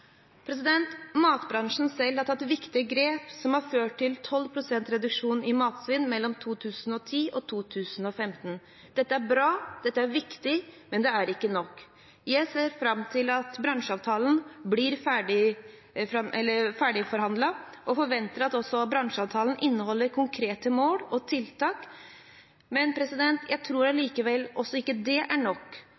Matbransjen selv har tatt viktige grep som har ført til 12 pst. reduksjon i matsvinn mellom 2010 og 2015. Dette er bra, dette er viktig, men det er ikke nok. Jeg ser fram til at bransjeavtalen blir ferdigforhandlet, og forventer at den inneholder konkrete mål og tiltak, men jeg tror